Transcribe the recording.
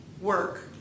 work